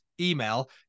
email